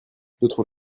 d’autre